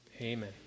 amen